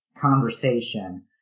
conversation